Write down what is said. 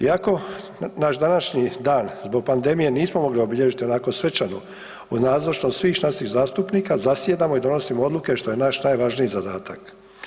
Iako naš današnji dan zbog pandemije nismo mogli obilježiti onako svečano u nazočnosti svih naših zastupnika zasjedamo i donosimo odluke što je naš najvažniji zadatak.